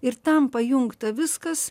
ir tam pajungta viskas